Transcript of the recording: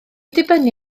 dibynnu